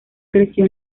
creció